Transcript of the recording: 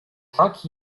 tak